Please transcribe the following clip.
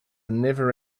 never